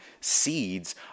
seeds